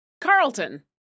Carlton